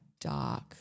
dark